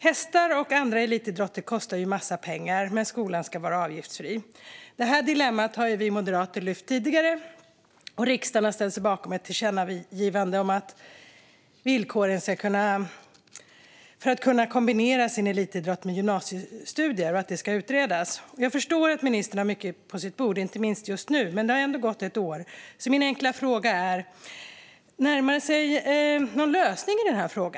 Hästsport och andra elitidrotter kostar ju en massa pengar, men skolan ska vara avgiftsfri. Det här dilemmat har vi moderater lyft upp tidigare, och riksdagen har ställt sig bakom ett tillkännagivande om att villkoren för att kunna kombinera sin elitidrott med gymnasiestudier ska utredas. Jag förstår att ministern har mycket på sitt bord, inte minst just nu, men det har ändå gått ett år. Min enkla fråga är: Närmar det sig någon lösning på denna fråga?